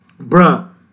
Bruh